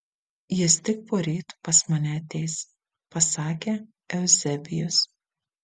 jis tik poryt pas mane ateis pasakė euzebijus